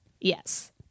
Yes